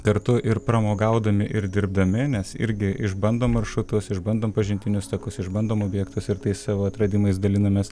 kartu ir pramogaudami ir dirbdami nes irgi išbandom maršrutus išbandom pažintinius takus išbandom objektus ir tais savo atradimais dalinamės